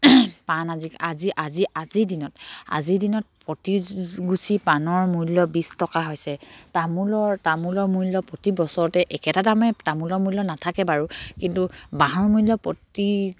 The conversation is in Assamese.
পাণ আজি আজি আজি আজিৰ দিনত আজিৰ দিনত প্ৰতি গুচি পাণৰ মূল্য বিছ টকা হৈছে তামোলৰ তামোলৰ মূল্য প্ৰতি বছৰতে একেটা দামে তামোলৰ মূল্য নাথাকে বাৰু কিন্তু বাঁহৰ মূল্য প্ৰতি